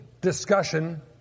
discussion